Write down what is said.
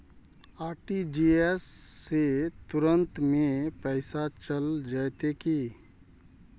RTGS से तुरंत में पैसा चल जयते की?